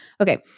Okay